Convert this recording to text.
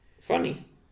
Funny